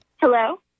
Hello